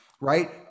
right